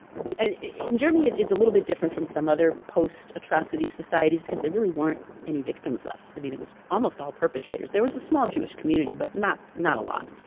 in germany it's a little bit different from some other post-atrocity societies, because there really weren't any victims left. i mean it was almost all perpetrators. there was a small jewish community, but not not a lot.